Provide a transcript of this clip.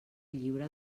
lliure